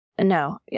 no